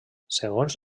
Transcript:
segons